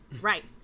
Right